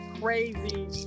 crazy